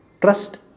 Trust